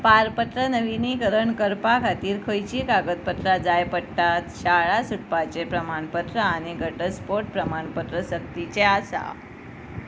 पारपत्र नविनीकरण करपा खातीर खंयचीं कागदपत्रां जाय पडटात शाळा सुटपाचें प्रमाणपत्र आनी घटस्पोट प्रमाणपत्र सक्तीचे आसा